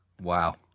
Wow